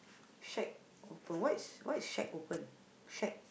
shack open what is what is shack open